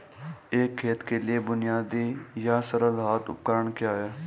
एक खेत के लिए बुनियादी या सरल हाथ उपकरण क्या हैं?